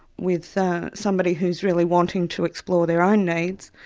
with somebody who's really wanting to explore their own needs,